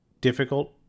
difficult